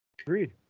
Agreed